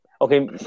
Okay